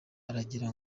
aragira